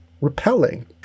repelling